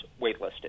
waitlisted